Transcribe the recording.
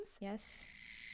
Yes